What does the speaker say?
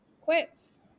quits